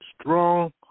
strong